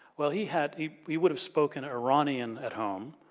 well, he had, he would have spoken iranian at home,